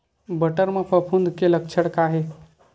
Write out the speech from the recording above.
बटर म फफूंद के लक्षण का हे?